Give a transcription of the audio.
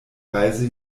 reise